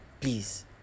Please